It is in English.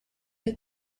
did